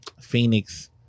Phoenix